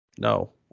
No